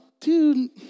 dude